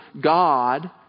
God